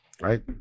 right